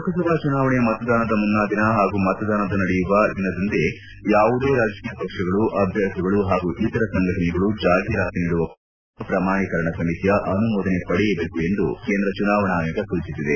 ಲೋಕಸಭಾ ಚುನಾವಣೆಯ ಮತದಾನದ ಮುನ್ನಾ ದಿನ ಹಾಗೂ ಮತದಾನ ನಡೆಯುವ ದಿನದಂದು ಯಾವುದೇ ರಾಜಕೀಯ ಪಕ್ಷಗಳು ಅಭ್ಯರ್ಥಿಗಳು ಹಾಗೂ ಇತರ ಸಂಘಟನೆಗಳು ಜಾಹಿರಾತು ನೀಡುವ ಮುನ್ನ ಮಾಧ್ಯಮ ಪ್ರಮಾಣೀಕರಣ ಸಮಿತಿಯ ಅನುಮೋದನೆ ಪಡೆಯಬೇಕು ಎಂದು ಕೇಂದ್ರ ಚುನಾವಣಾ ಆಯೋಗ ಸೂಚಿಸಿದೆ